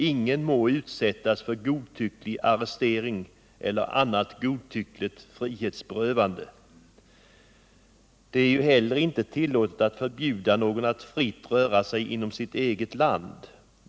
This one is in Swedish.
Ingen må utsättas för godtycklig arrestering eller annat godtyckligt frihetsberövande.” Det är heller inte tillåtet att förbjuda någon att fritt röra sig inom sitt eget land.